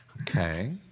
Okay